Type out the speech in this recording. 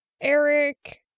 Eric